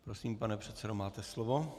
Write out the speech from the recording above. Prosím, pane předsedo, máte slovo.